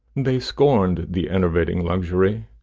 they scorned the enervating luxury!